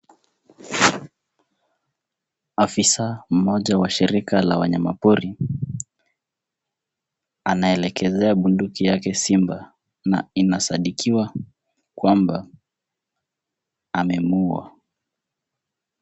Afisa mmoja wa shirika la wanyama pori, anaelekezea bunduki yake simba na inasadikiwa kwamba amemuua.